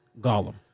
Gollum